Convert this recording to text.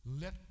Let